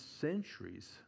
centuries